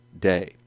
day